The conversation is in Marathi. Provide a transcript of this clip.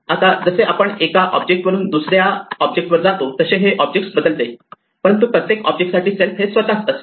आता जसे आपण एका ऑब्जेक्ट वरून दुसऱ्या ऑब्जेक्ट वर जातो तसे हे विशिष्ट ऑब्जेक्ट बदलते परंतु प्रत्येक ऑब्जेक्ट साठी सेल्फ हे स्वतः असते